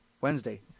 Wednesday